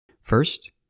First